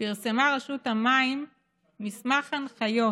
פרסמה רשות המים מסמך הנחיות